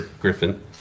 Griffin